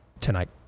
tonight